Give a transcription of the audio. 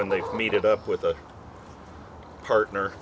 when they meet up with a partner